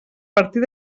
partir